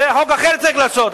את זה חוק אחר צריך לעשות.